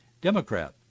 Democrat